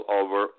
over